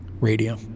radio